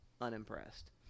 unimpressed